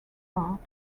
part